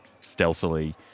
stealthily